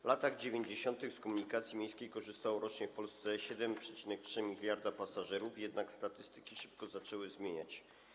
W latach 90. z komunikacji miejskiej korzystało rocznie w Polsce 7,3 mld pasażerów, jednak statystyki szybko zaczęły się zmieniać.